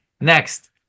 Next